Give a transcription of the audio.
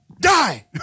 die